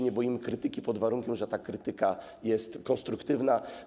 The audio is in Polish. Nie boimy się krytyki, pod warunkiem że ta krytyka jest konstruktywna.